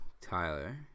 tyler